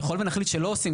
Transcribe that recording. ככל ונחליט שלא עושים,